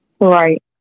Right